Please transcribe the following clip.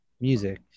music